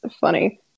funny